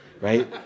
right